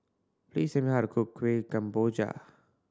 please tell me how to cook Kuih Kemboja